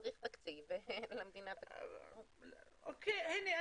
צריך תקציב ולמדינה --- הנה,